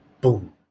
Boom